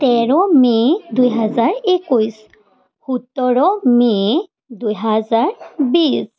তেৰ মে' দুহেজাৰ একৈছ সোতৰ মে' দুহেজাৰ বিছ